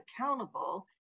accountable